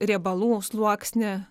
riebalų sluoksnį